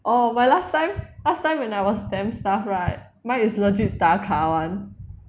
orh my last time last time when I was temp staff right mine is legit 打卡 [one]